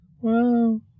Wow